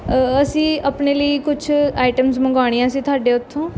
ਅਸੀਂ ਆਪਣੇ ਲਈ ਕੁਛ ਆਈਟਮਸ ਮੰਗਾਉਣੀਆਂ ਸੀ ਤੁਹਾਡੇ ਉੱਥੋਂ